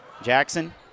Jackson